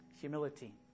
Humility